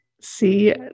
See